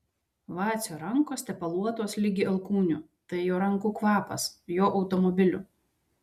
vacio rankos tepaluotos ligi alkūnių tai jo rankų kvapas jo automobilio